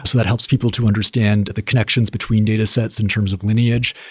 so that helps people to understand the connections between data sets in terms of lineage,